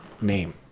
Name